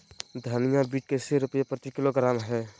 धनिया बीज कैसे रुपए प्रति किलोग्राम है?